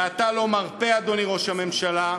ואתה לא מרפה, אדוני ראש הממשלה,